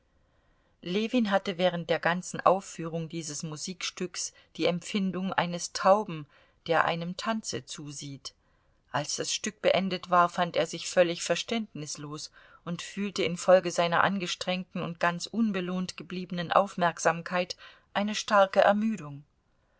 ljewin hatte während der ganzen aufführung dieses musikstücks die empfindung eines tauben der einem tanze zusieht als das stück beendet war fand er sich völlig verständnislos und fühlte infolge seiner angestrengten und ganz unbelohnt gebliebenen aufmerksamkeit eine starke ermüdung